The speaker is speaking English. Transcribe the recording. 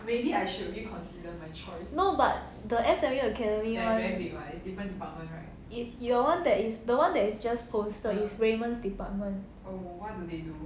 no but the S_M_U academy if your one that is the one that is just poster is raymond's department